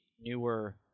newer